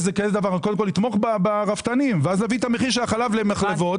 קודם כל לתמוך ברפתנים ואז להביא את המחיר של החלב מהמחלבות.